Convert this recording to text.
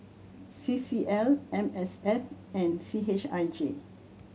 C C L M S F and C H I J